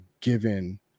given